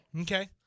Okay